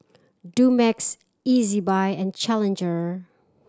Dumex Ezbuy and Challenger